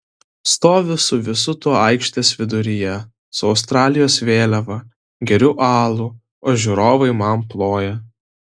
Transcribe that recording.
stoviu su visu tuo aikštės viduryje su australijos vėliava geriu alų o žiūrovai man ploja